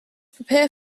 prepare